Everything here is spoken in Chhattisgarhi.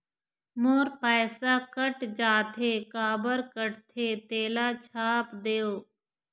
मोर पैसा कट जाथे काबर कटथे तेला छाप देव?